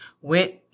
went